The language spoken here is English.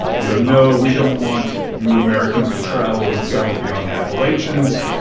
you know, no, we don't want you americans to travel and settle beyond the appalachians.